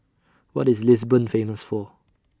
What IS Lisbon Famous For